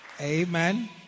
Amen